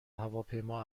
هواپیما